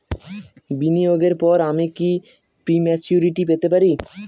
বিনিয়োগের পর আমি কি প্রিম্যচুরিটি পেতে পারি?